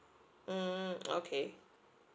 mm okay